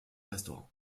restaurant